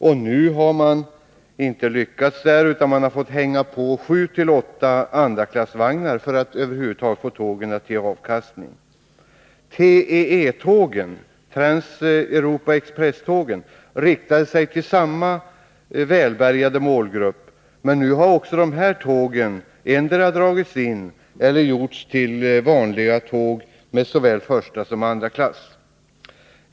Den satsningen lyckades inte, utan nu har man fått hänga på tågen sju-åtta andraklassvagnar för att över huvud taget få tågen att ge avkastning. TEE-tågen, TransEuropa Express-tågen, riktade sig till samma välbärgade målgrupp. Nu har även dessa tåg endera dragits in eller också gjorts om till konventionella tåg med såväl första som andra klass.